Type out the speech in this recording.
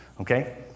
Okay